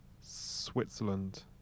Switzerland